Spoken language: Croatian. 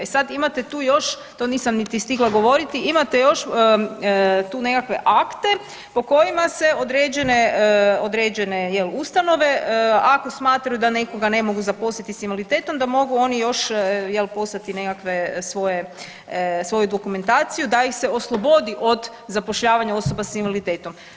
E sad, imate tu još, to nisam niti stigla govoriti, imate još tu nekakve akte po kojima se određene, određene jel ustanove ako smatraju da nekoga ne mogu zaposliti s invaliditetom da mogu oni još jel poslati nekakve svoje, svoju dokumentaciju da ih se oslobodi od zapošljavanja osoba s invaliditetom.